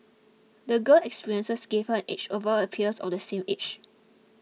the girl's experiences gave her an edge over her peers of the same age